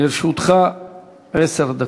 לרשותך עשר דקות.